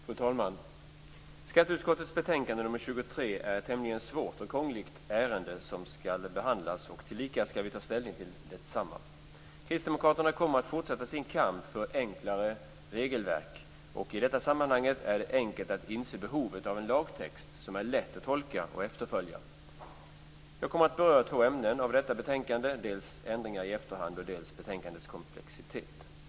Fru talman! Skatteutskottets betänkande nr 23 är ett tämligen svårt och krångligt ärende som skall behandlas och som vi skall ta ställning till. Kristdemokraterna kommer att fortsätta sin kamp för enklare regelverk. I detta sammanhang är det enkelt att inse behovet av en lagtext som är lätt att tolka och efterfölja. Jag kommer att beröra två saker i detta betänkande, dels ändringar i efterhand, dels betänkandets komplexitet.